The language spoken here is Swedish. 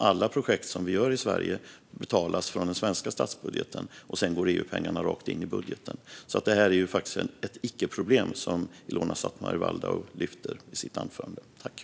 Alla projekt som vi gör i Sverige betalas från den svenska statsbudgeten, och sedan går EU-pengarna rakt in i budgeten. Det som Ilona Szatmari Waldau lyfte upp i sitt anförande är faktiskt ett icke-problem.